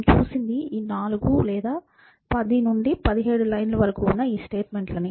మనము చూసింది ఈ నాలుగు లేదా 10 నుండి 17 లైన్ ల వరకు ఉన్న ఈ స్టేట్మెంట్లని